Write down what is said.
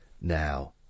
now